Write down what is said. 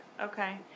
Okay